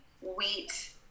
wheat